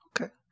okay